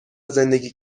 زندگی